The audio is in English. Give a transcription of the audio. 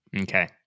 Okay